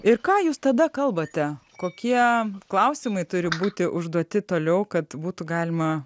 ir ką jūs tada kalbate kokie klausimai turi būti užduoti toliau kad būtų galima